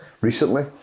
recently